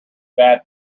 bad